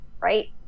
right